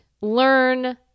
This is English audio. learn